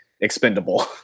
expendable